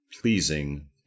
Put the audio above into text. pleasing